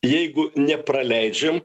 jeigu nepraleidžiam